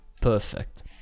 perfect